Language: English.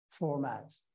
formats